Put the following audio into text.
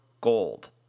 gold